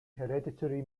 hereditary